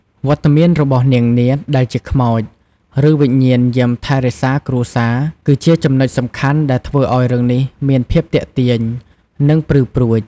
វត្តមានរបស់នាងនាថ ដែលជាខ្មោច ឬវិញ្ញាណយាមថែរក្សាគ្រួសារ គឺជាចំណុចសំខាន់ដែលធ្វើឲ្យរឿងនេះមានភាពទាក់ទាញ និងព្រឺព្រួច។